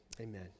Amen